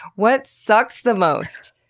what sucks the most?